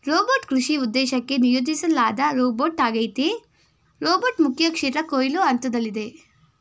robot ಕೃಷಿ ಉದ್ದೇಶಕ್ಕೆ ನಿಯೋಜಿಸ್ಲಾದ ರೋಬೋಟ್ಆಗೈತೆ ರೋಬೋಟ್ ಮುಖ್ಯಕ್ಷೇತ್ರ ಕೊಯ್ಲು ಹಂತ್ದಲ್ಲಿದೆ